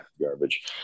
garbage